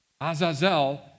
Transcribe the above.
Azazel